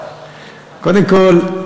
קודם כול,